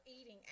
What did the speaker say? eating